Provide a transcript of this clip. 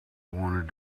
want